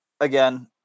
again